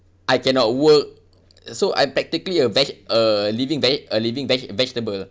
I cannot work so I'm practically a veg~ uh living ve~ a living veg~ vegetable